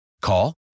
Call